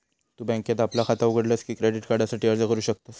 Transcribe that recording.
तु बँकेत आपला खाता उघडलस की क्रेडिट कार्डासाठी अर्ज करू शकतस